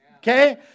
Okay